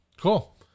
Cool